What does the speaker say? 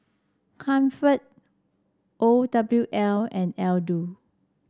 Comfort O W L and Aldo